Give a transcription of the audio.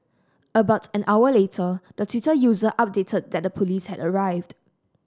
about an hour later the Twitter user updated that the police had arrived